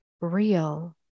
real